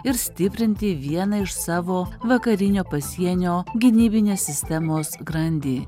ir stiprinti vieną iš savo vakarinio pasienio gynybinės sistemos grandį